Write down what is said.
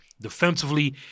Defensively